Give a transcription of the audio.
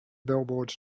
billboards